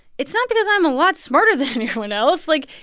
it's not because i'm a lot smarter than anyone else. like,